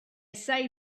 say